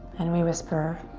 and we whisper